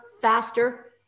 faster